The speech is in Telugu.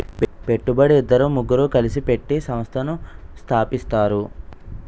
పెట్టుబడి ఇద్దరు ముగ్గురు కలిసి పెట్టి సంస్థను స్థాపిస్తారు